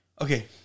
Okay